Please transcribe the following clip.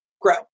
grow